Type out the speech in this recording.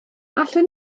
allwn